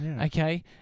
Okay